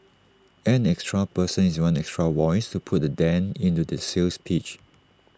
an extra person is one extra voice to put A dent into their sales pitch